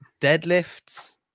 Deadlifts